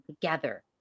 together